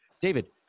David